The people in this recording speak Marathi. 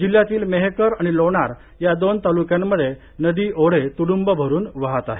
जिल्हयातील मेहकर आणि लोणार या दोन तालुक्यांमध्ये नदी ओढे तुइंब भरुन वाहात आहेत